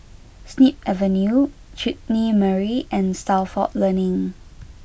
Snip Avenue Chutney Mary and Stalford Learning